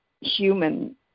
human